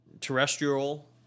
terrestrial